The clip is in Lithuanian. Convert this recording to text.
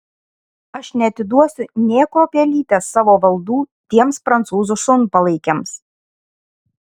aš neatiduosiu nė kruopelytės savo valdų tiems prancūzų šunpalaikiams